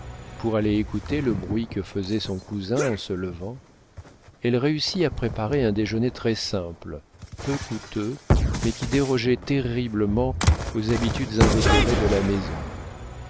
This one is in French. pour aller écouter le bruit que faisait son cousin en se levant elle réussit à préparer un déjeuner très simple peu coûteux mais qui dérogeait terriblement aux habitudes invétérées de la maison